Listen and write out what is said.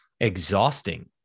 exhausting